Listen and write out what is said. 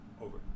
Over